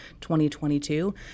2022